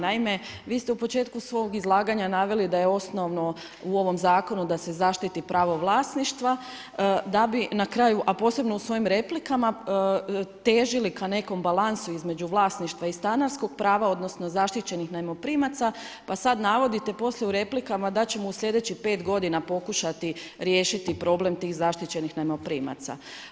Naime, vi ste u početku svog izlaganja naveli da je osnovno u ovom zakonu da se zaštiti pravo vlasništva, da bi na kraju, a posebno u svojim replikama, težili ka nekom balansu između vlasništva i stanarskog prava, odnosno zaštićenih najmoprimaca, pa sad navodite poslije u replikama da ćemo u slijedećih 5 godina pokušati riješiti problem tih zaštićenih najmoprimaca.